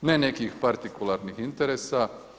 Ne nekih partikularnih interesa.